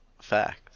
fact